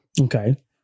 Okay